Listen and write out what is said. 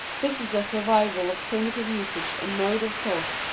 this is a survival of primitive usage and mode of thought,